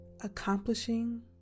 accomplishing